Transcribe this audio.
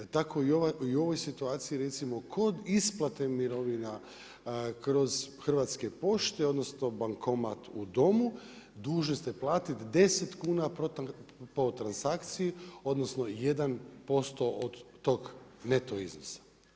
Tako i u ovoj situaciji recimo kod isplate mirovina kroz Hrvatske pošte, odnosno bankomat u domu dužni ste platiti 10 kuna po transakciji odnosno 1% od tog neto iznosa.